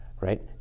right